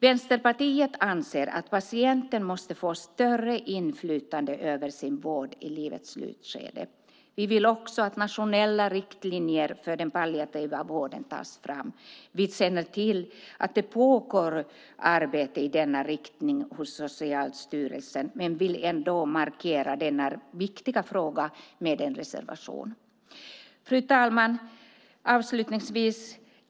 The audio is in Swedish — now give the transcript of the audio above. Vänsterpartiet anser att patienten måste få större inflytande över sin vård i livets slutskede. Vi vill också att nationella riktlinjer för den palliativa vården tas fram. Vi känner till att det pågår arbete i denna riktning hos Socialstyrelsen men vill ändå markera denna viktiga fråga med en reservation. Fru talman!